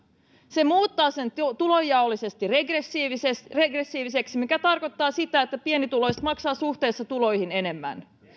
se muuttaa sen tulojaollisesti regressiiviseksi regressiiviseksi mikä tarkoittaa sitä että pienituloiset maksavat suhteessa tuloihin enemmän